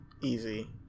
easy